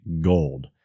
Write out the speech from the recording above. gold